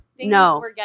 no